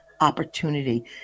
opportunity